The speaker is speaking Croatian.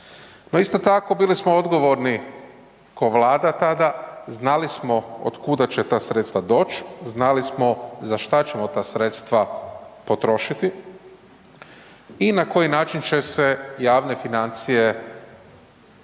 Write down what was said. isto tako bili smo odgovorni ko Vlada tada, znali smo od kuda će ta sredstva doć, znali smo za šta ćemo ta sredstva potrošiti i na koji način će se javne financije stabilizirati